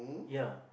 ya